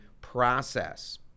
process